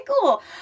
cool